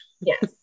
Yes